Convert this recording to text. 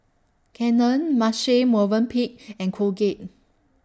Canon Marche Movenpick and Colgate